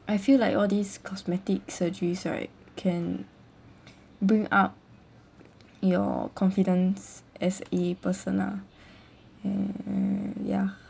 I feel like all these cosmetic surgeries right can bring up your confidence as a person lah err ya